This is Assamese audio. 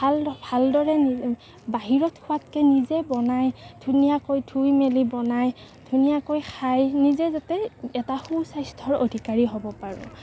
ভাল ভালদৰে বাহিৰত খোৱাতকৈ নিজে বনাই ধুনীয়াকৈ ধুই মেলি বনাই ধুনীয়াকৈ খাই নিজে যাতে এটা সুস্বাস্থ্যৰ অধিকাৰী হব পাৰোঁ